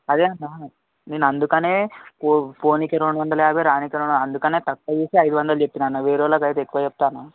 అదే అన్న నేను అందుకని పో పోవడానికి రెండు వందల యాభై రావడానికి రెండు వంద అందుకని తక్కువ చేసి ఐదు వందలు చెప్పిన అన్న వేరే వాళ్ళకు అయితే ఎక్కువ చెప్తాను అన్న